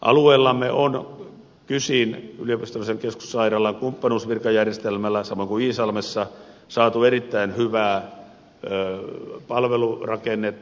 alueellamme on kysin yliopistollisen keskussairaalan kumppanuusvirkajärjestelmällä samoin kuin iisalmessa saatu erittäin hyvää palvelurakennetta